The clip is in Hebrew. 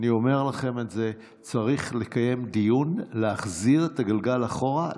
אני אומר לכם את זה: צריך לקיים דיון להחזיר את הגלגל אחורה.